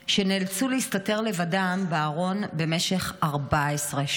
שנאלצו להסתתר לבדם בארון במשך 14 שעות.